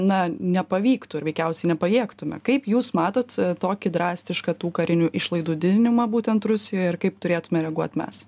na nepavyktų ir veikiausiai nepajėgtume kaip jūs matot tokį drastišką tų karinių išlaidų didinimą būtent rusijoje ir kaip turėtume reaguot mes